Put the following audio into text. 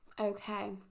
Okay